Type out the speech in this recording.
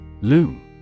Loom